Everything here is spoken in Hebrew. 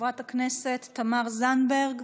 חברת הכנסת תמר זנדברג,